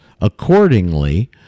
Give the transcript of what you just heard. Accordingly